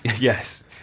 Yes